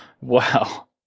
Wow